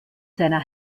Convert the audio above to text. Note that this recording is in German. seiner